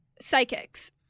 Psychics